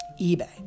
eBay